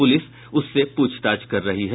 police उससे पूछताछ कर रही है